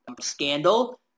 Scandal